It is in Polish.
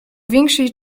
większej